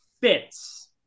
fits